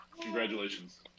Congratulations